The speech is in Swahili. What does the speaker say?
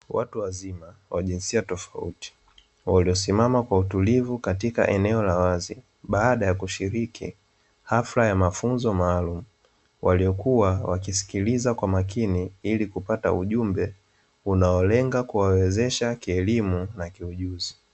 Watu wazima wa jinsia tofauti wamesimama kwa utulivu katika nchi la wazi baada ya kushiriki hafla ya mafunzo maalumu, waliokuwa wanasikiliza kwa makini ili kupata ujumbe unaolenga kuwawezesha kielimu na kiujuzi.